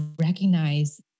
recognize